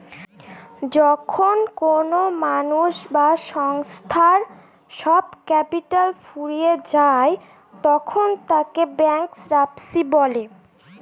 যখন কোনো মানুষ বা সংস্থার সব ক্যাপিটাল ফুরিয়ে যায় তখন তাকে ব্যাংকরাপসি বলে